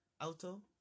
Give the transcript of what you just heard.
auto